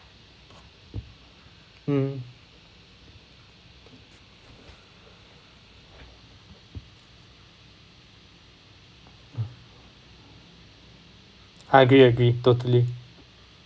mm I agree agree totally